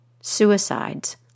suicides